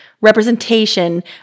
representation